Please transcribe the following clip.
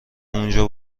اونجا